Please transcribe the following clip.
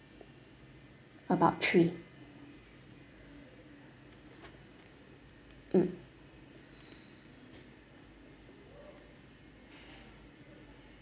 about three mm